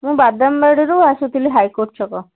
ମୁଁ ବାଦାମବାଡ଼ିରୁ ଆସୁଥିଲି ହାଇକୋର୍ଟ ଛକ